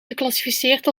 geclassificeerd